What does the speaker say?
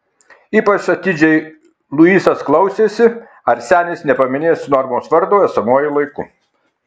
ypač atidžiai luisas klausėsi ar senis nepaminės normos vardo esamuoju laiku